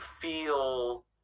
feel